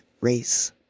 race